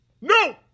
No